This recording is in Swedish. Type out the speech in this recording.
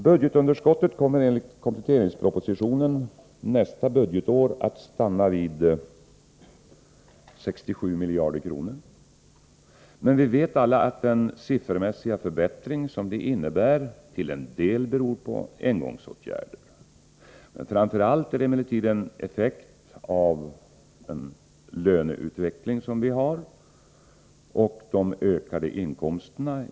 Budgetunderskottet nästa budgetår kommer enligt kompletteringspropositionen att stanna vid 67 miljarder kronor. Vi vet dock alla att den siffermässiga förbättring som det innebär till en del beror på engångsåtgärder. Framför allt är det emellertid en effekt av den nuvarande löneutvecklingen.